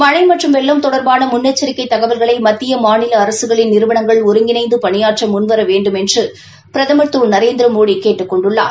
மழை மற்றும் வெள்ளம் தொடர்பான முன்னெச்சரிக்கை தகவல்களை மத்திய மாநில அரசுகளின் நிறுவனங்கள் ஒருங்கிணைந்து பணிபாற்ற முள்வர வேண்டுமென்று பிரதம் திரு நரேந்திரமோடி கேட்டுக் கொண்டுள்ளார்